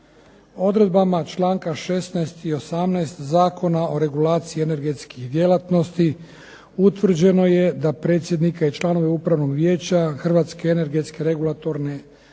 Odredbama članka 16. i 18. Zakona o regulaciji energetskih djelatnosti utvrđeno je da predsjednika i članove Upravnog vijeće Hrvatske energetske regulatorne agencije